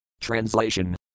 Translation